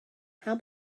how